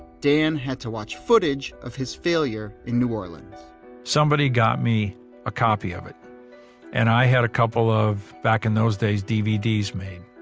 dan had to watch footage of the failure in new orleans somebody got me a copy of it and i had a couple of, back in those days, dvds made.